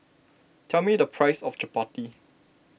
tell me the price of Chappati